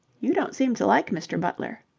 you don't seem to like mr. butler.